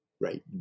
right